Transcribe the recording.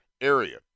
area